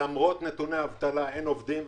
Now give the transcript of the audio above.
למרות נתוני האבטחה אין עובדים.